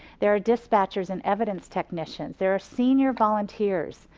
there are dispatchers and evidence technicians. there are senior volunteers,